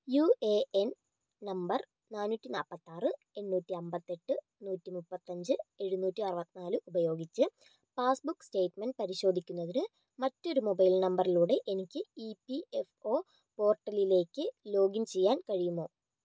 U A N number നാന്നൂറ്റി നാൽപത്തിയാറ് എണ്ണൂറ്റി അൻപത്തിയെട്ട് നൂറ്റി മുപ്പത്തിയഞ്ച് എഴുനൂറ്റി അറുപത്തിനാല് ഉപയോഗിച്ച് പാസ്ബുക്ക് സ്റ്റേറ്റ്മെൻറ്റ് പരിശോധിക്കുന്നതിന് മറ്റൊരു മൊബൈൽ നമ്പറിലൂടെ എനിക്ക് ഇ പി എഫ് ഒ പോർട്ടലിലേക്ക് ലോഗിൻ ചെയ്യാൻ കഴിയുമോ